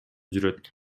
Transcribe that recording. жүрөт